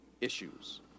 issues